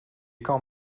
kan